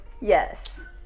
Yes